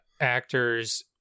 actors